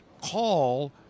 call